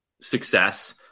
success